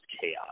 chaos